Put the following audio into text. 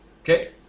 okay